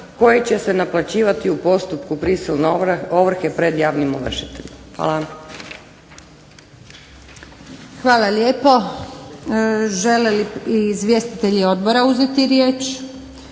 koji će se naplaćivati u postupku prisilne ovrhe pred javnim ovršiteljima. Hvala. **Antunović, Željka (SDP)** Hvala lijepo. Žele li izvjestitelji odbora uzeti riječ?